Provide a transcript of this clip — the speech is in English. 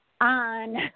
on